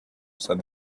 said